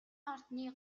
ордны